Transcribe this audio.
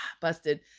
busted